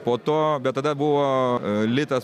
po to bet tada buvo litas